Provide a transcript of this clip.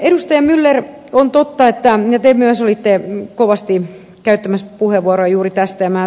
edustaja myller te myös olitte kovasti käyttämässä puheenvuoroja juuri tästä